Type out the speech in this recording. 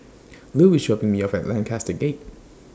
Lu IS dropping Me off At Lancaster Gate